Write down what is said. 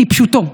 כפשוטו.